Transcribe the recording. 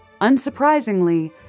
unsurprisingly